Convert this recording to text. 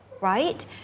right